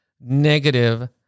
negative